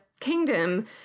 kingdom